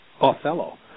Othello